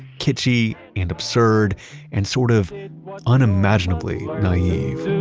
kitschy and absurd and sort of unimaginably naive,